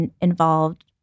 involved